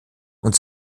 und